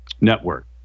Network